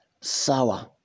sour